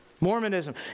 Mormonism